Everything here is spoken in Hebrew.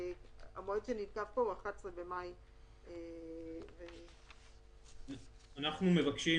המועד שנקבע פה הוא ה-11 במאי 2020. אנחנו מבקשים,